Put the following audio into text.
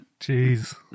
Jeez